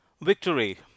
Victory